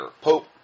Pope